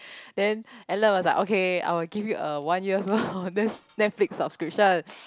then Ellen was like okay I will give you a one year's worth of net~ Netflix subscription